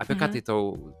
apie ką tai tau